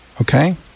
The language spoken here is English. Okay